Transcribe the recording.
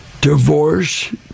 divorce